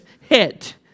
hit